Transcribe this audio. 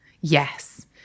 Yes